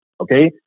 okay